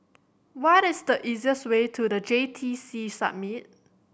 what is the easiest way to The J T C Summit